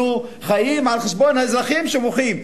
אנחנו חיים על חשבון האזרחים שמוחים,